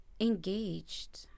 engaged